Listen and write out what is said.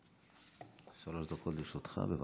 שלוש דקות לרשותך, בבקשה.